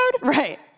Right